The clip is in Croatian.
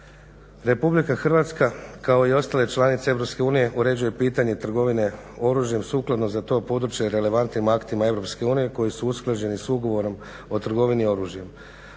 depozitaru. RH kao i ostale članice EU uređuje pitanje trgovine oružjem sukladno za to područje relevantnim aktima EU koji su usklađeni s ugovorom o trgovini oružjem.